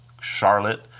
Charlotte